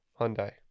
Hyundai